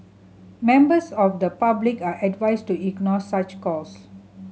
members of the public are advised to ignore such calls